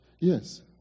Yes